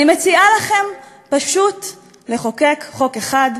אני מציעה לכם פשוט לחוקק חוק אחד,